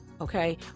okay